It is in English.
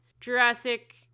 Jurassic